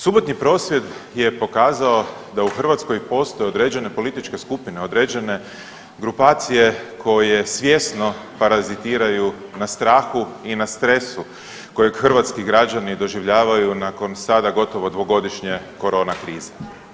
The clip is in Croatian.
Subotnji prosvjed je pokazao da u Hrvatskoj postoje određene političke skupine, određene grupacije koje svjesno parazitiraju na strahu i na stresu kojeg hrvatski građani doživljavaju nakon sada gotovo dvogodišnje korona krize.